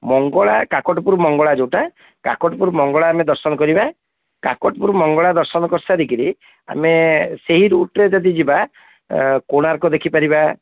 ମଙ୍ଗଳା କାକଟପୁର ମଙ୍ଗଳା ଯେଉଁଟା କାକଟପୁର ମଙ୍ଗଳା ଆମେ ଦର୍ଶନ କରିବା କାକଟପୁର ମଙ୍ଗଳା ଦର୍ଶନ କରିସାରି କରି ଆମେ ସେଇ ରୁଟ୍ରେ ଯଦି ଯିବା କୋଣାର୍କ ଦେଖି ପାରିବା